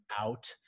out